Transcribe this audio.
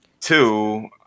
Two